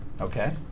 Okay